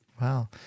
Wow